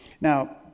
Now